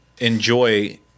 enjoy